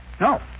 No